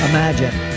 Imagine